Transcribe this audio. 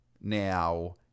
now